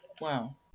Wow